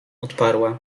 odparła